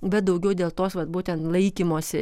bet daugiau dėl tos vat būtent laikymosi